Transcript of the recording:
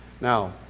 Now